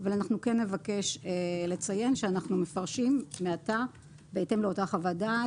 אבל אנחנו כן נבקש לציין שאנחנו מפרשים מעתה בהתאם לאותה חוות דעת.